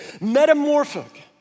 metamorphic